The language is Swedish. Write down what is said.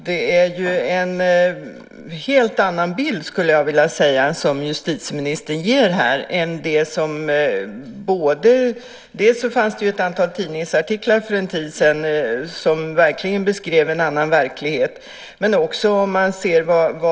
Fru talman! Det är en helt annan bild, skulle jag vilja säga, som justitieministern ger här. Det fanns ett antal tidningsartiklar för en tid sedan som beskrev en annan verklighet.